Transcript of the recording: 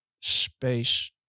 space